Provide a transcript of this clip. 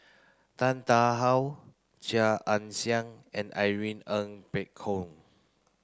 Tan Tarn How Chia Ann Siang and Irene Ng Phek Hoong